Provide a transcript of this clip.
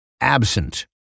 absent